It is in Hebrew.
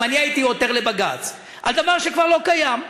אם אני הייתי עותר לבג"ץ על דבר שכבר לא קיים,